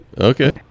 Okay